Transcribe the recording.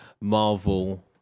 Marvel